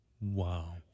Wow